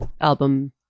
album